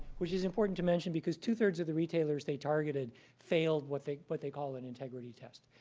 which is important to mention because two three of the retailers they targeted failed what they but they call an integrity test.